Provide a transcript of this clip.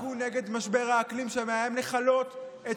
תיאבקו נגד משבר האקלים שמאיים לכלות את כולנו.